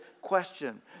question